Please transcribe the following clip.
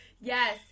yes